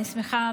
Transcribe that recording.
ואני שמחה,